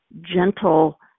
gentle